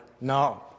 No